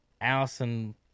Allison